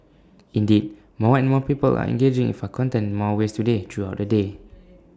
indeed more and more people are engaging with our content in more ways today throughout the day